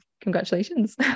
congratulations